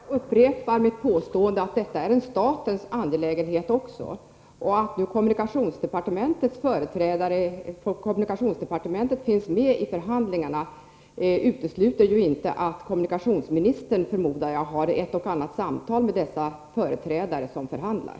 Fru talman! Jag upprepar mitt påstående att detta även är en statens angelägenhet. Att företrädare för kommunikationsdepartementet finns med i förhandlingarna utesluter inte, förmodar jag, att kommunikationsministern har ett och annat samtal med representanter för dem som förhandlar.